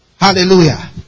Hallelujah